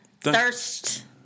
thirst